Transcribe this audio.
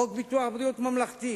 חוק ביטוח בריאות ממלכתי,